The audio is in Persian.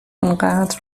اونقدر